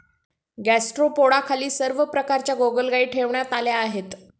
गॅस्ट्रोपोडाखाली सर्व प्रकारच्या गोगलगायी ठेवण्यात आल्या आहेत